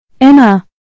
Emma